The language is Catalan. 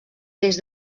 des